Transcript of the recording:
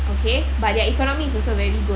okay but their economy is also very good